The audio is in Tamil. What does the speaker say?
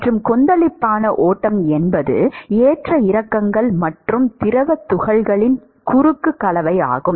மற்றும் கொந்தளிப்பான ஓட்டம் என்பது ஏற்ற இறக்கங்கள் மற்றும் திரவத் துகள்களின் குறுக்கு கலவையாகும்